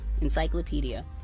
Encyclopedia